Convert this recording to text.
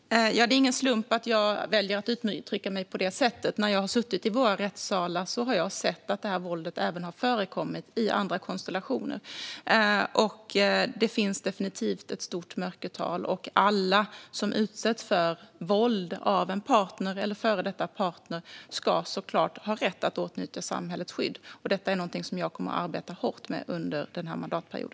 Herr talman! Det är ingen slump att jag väljer att uttrycka mig på detta sätt. När jag har suttit i våra rättssalar har jag sett att detta våld även har förekommit i andra konstellationer. Det finns definitivt ett stort mörkertal. Alla som utsätts för våld av en partner eller före detta partner ska såklart ha rätt att åtnjuta samhällets skydd. Detta är någonting som jag kommer att arbeta hårt med under denna mandatperiod.